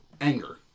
anger